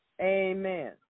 Amen